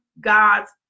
God's